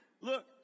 look